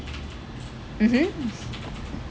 mmhmm